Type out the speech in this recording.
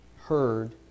Heard